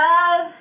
Love